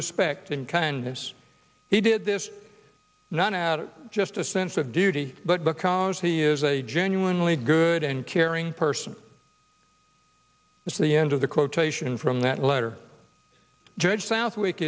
respect and kindness he did this not add just a sense of duty but because he is a genuinely good and caring person is the end of the quotation from that letter judge south